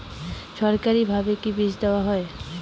সরকারিভাবে কি বীজ দেওয়া হয়?